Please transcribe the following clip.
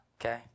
Okay